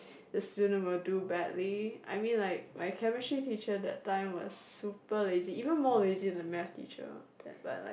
the student will do badly I mean like my chemistry teacher that time was super lazy even more lazy than the math teacher but like